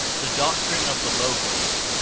the doctrine of the logos,